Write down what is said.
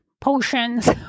potions